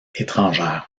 étrangère